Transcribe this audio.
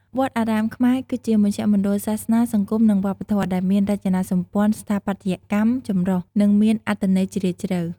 វត្តអារាមខ្មែរ គឺជាមជ្ឈមណ្ឌលសាសនា សង្គម និងវប្បធម៌ ដែលមានរចនាសម្ព័ន្ធស្ថាបត្យកម្មចម្រុះ និងមានអត្ថន័យជ្រាលជ្រៅ។